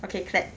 okay clap